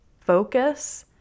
focus